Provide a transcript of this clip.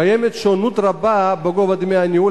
קיימת שונות רבה בגובה דמי הניהול